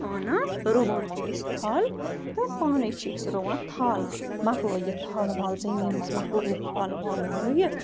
اَنان رُوان چھِ أسۍ تھل تہٕ پانَے چھِ أسۍ رُوان تھل مَکلوو یہِ تھل ول زٔمیٖنَس مکلوو یہِ تھل ول رُوِتھ